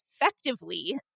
effectively